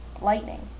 lightning